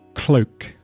Cloak